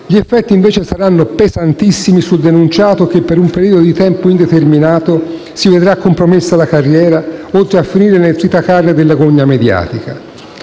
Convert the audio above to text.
Gli effetti invece saranno pesantissimi sul denunciato, che, per un periodo di tempo indeterminato, si vedrà compromessa la carriera, oltre a finire nel tritacarne della gogna mediatica.